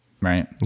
right